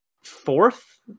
fourth